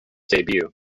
debut